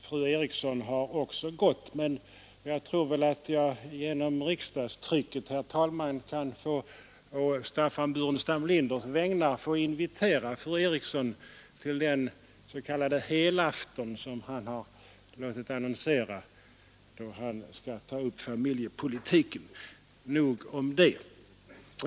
Fru Eriksson har också gått, men jag tror att jag genom riksdagstrycket, herr talman, å Staffan Burenstam Linders vägnar kan få invitera fru Eriksson till den s.k. helafton som han har låtit annonsera, då han skall ta upp familjepolitiken. Nog om det.